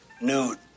nude